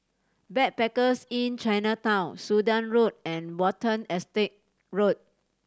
Backpackers Inn Chinatown Sudan Road and Watten Estate Road